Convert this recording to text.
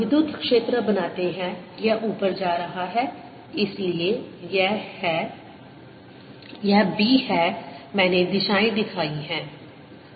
हम विद्युत क्षेत्र बनाते हैं यह ऊपर जा रहा है इसलिए यह B है मैंने दिशाएं दिखाई हैं